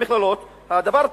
הדבר תרם,